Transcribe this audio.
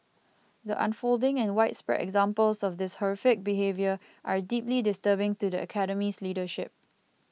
the unfolding and widespread examples of this horrific behaviour are deeply disturbing to the Academy's leadership